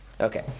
Okay